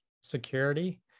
security